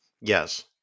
Yes